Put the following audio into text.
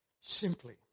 Simply